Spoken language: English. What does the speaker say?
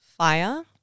Fire